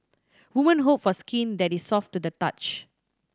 women hope for skin that is soft to the touch